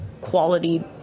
quality